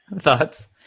Thoughts